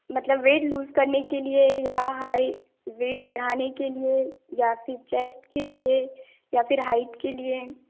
मतलब weight lose करने के लिए या हाइ वेट बढ़ाने के लिए या फिर चेस्ट के लिए या फिर हाइट के लिए